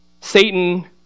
Satan